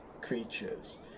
creatures